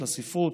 לספרות,